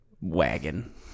wagon